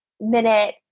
minute